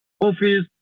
office